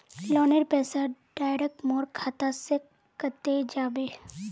लोनेर पैसा डायरक मोर खाता से कते जाबे?